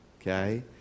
okay